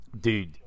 Dude